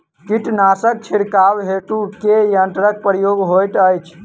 कीटनासक छिड़काव हेतु केँ यंत्रक प्रयोग होइत अछि?